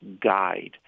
guide